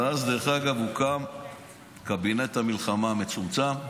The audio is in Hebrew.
ואז הוקם קבינט המלחמה המצומצם,